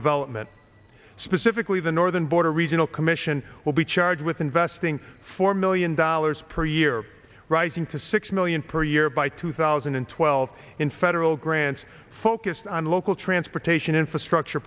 development specifically the northern border regional commission will be charged with investing four million dollars per year rising to six million per year by two thousand and twelve in federal grants focused on local transportation infrastructure